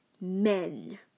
men